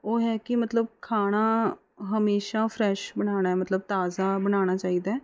ਉਹ ਹੈ ਕਿ ਮਤਲਬ ਖਾਣਾ ਹਮੇਸ਼ਾ ਫਰੈਸ਼ ਬਣਾਉਣਾ ਮਤਲਬ ਤਾਜ਼ਾ ਬਣਾਉਣਾ ਚਾਹੀਦਾ